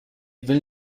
will